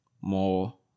more